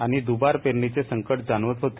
आणि द्पार पेरणीचे संकट जाणवत होते